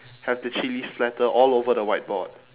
have the chilli splatter all over the whiteboard